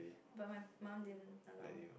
but my mum didn't allow